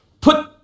Put